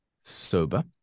sober